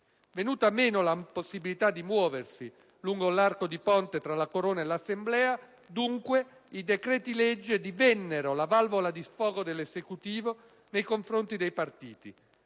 Venuta meno la possibilità di muoversi lungo l'arco di ponte tra la Corona e l'Assemblea, i decreti-legge divennero così la valvola di sfogo dell'Esecutivo nei confronti dei partiti;